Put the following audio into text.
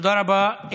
תודה רבה.